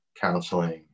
counseling